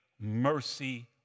mercy